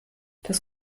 das